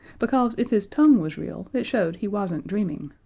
because if his tongue was real it showed he wasn't dreaming.